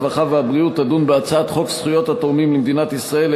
הרווחה והבריאות תדון בהצעת חוק זכויות התורמים למדינת ישראל,